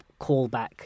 callback